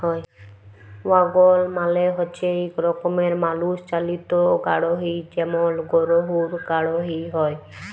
ওয়াগল মালে হচ্যে ইক রকমের মালুষ চালিত গাড়হি যেমল গরহুর গাড়হি হয়